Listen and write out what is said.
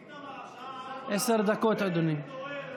איתמר, השעה 16:00. בנט התעורר.